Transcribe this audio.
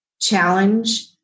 challenge